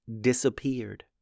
disappeared